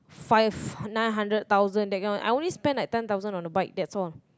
five nine hundred thousand that kind of thing I only spend like ten thousand on the bike that's all